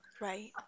Right